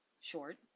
short